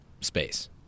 space